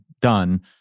done